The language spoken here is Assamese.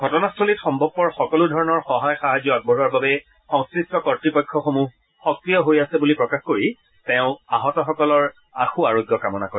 ঘটনাস্থলীত সম্ভবপৰ সকলোধৰণৰ সহায় সাহায্য আগবঢ়োৱাৰ বাবে সংশ্লিষ্ট কৰ্ত্তপক্ষসমূহ সক্ৰিয় হৈ আছে বুলি প্ৰকাশ কৰি তেওঁ আহতসকলৰ আশু আৰোগ্য কামনা কৰে